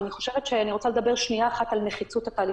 אבל אני חושבת שאני רוצה לדבר שניה אחת על נחיצות התהליך,